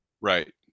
Right